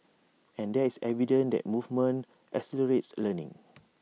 and there's evidence that movement accelerates learning